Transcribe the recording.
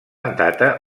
data